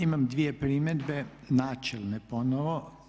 Imam dvije primjedbe, načelne ponovno.